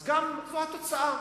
אז גם זו התוצאה.